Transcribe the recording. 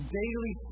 daily